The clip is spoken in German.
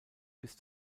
bis